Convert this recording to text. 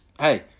hey